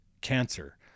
cancer